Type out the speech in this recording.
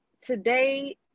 today